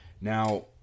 Now